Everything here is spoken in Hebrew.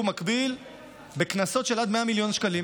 מקביל בקנסות של עד 100 מיליון שקלים,